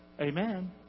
Amen